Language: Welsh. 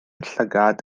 llygad